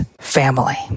family